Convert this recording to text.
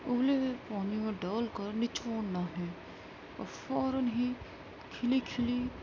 ابلے ہوئے پانی میں ڈال کر نچوڑنا ہے اور فوراً ہی کھلی کھلی